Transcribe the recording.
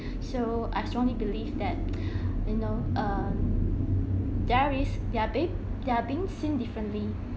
so I strongly believe that you know err there is they are being seen differently